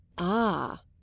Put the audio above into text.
Ah